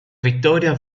vittoria